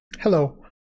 Hello